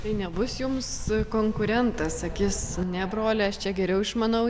tai nebus jums konkurentas sakys ne broli aš čia geriau išmanau